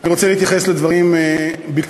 אני רוצה להתייחס לדברים בקצרה.